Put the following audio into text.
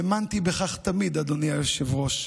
האמנתי בכך תמיד, אדוני היושב-ראש,